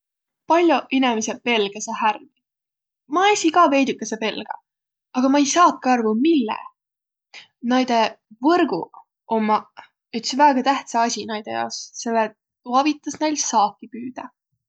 Pall'oq inemiseq pelgäseq härmi. Ma esiq ka veidükese pelgä, aga ma ei saaki arvo, mille. Näide võrguq ommaq üts väega tähtsä asi näide jaos, selle et tuu avitas näil saaki püüdäq.